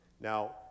Now